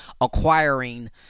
acquiring